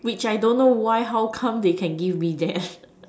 which I don't know why how come they can give me that